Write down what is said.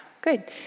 good